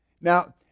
Now